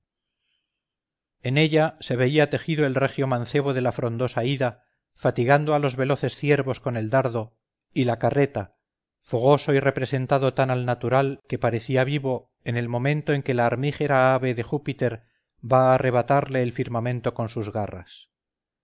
en ella se veía tejido el regio mancebo de la frondosa ida fatigando a los veloces ciervos con el dardo y la carreta fogoso y representado tan al natural que parecía vivo en el momento en que la armígera ave de júpiter va a arrebatarle el firmamento con sus garras